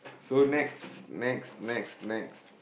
so next next next next